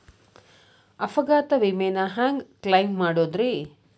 ಅಪಘಾತ ವಿಮೆನ ಹ್ಯಾಂಗ್ ಕ್ಲೈಂ ಮಾಡೋದ್ರಿ?